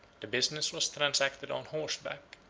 the business was transacted on horseback,